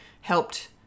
helped